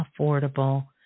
affordable